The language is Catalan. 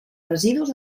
residus